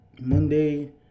Monday